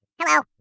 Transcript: Hello